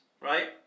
Right